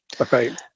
Okay